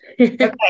Okay